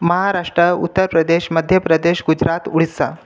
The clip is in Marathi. महाराष्ट्र उत्तर प्रदेश मध्य प्रदेश गुजरात ओडिशा